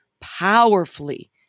powerfully